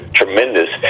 tremendous